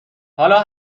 حالا